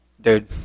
Dude